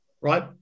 Right